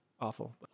awful